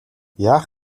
яах